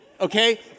okay